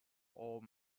ore